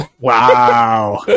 Wow